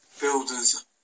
builders